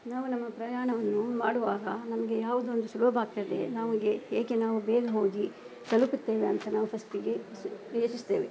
ನಾವು ನಮ್ಮ ಪ್ರಯಾಣವನ್ನು ಮಾಡುವಾಗ ನಮಗೆ ಯಾವುದು ಒಂದು ಸುಲಭ ಆಗ್ತದೆ ನಾವು ಗೆ ಏಕೆ ನಾವು ಬೇಗ ಹೋಗಿ ತಲುಪುತ್ತೇವೆ ಅಂತ ನಾವು ಫಸ್ಟಿಗೆ ಯೋಚಿಸಿ ಯೋಚಿಸ್ತೇವೆ